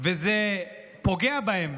וזה פוגע בהם.